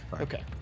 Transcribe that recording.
okay